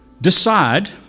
Decide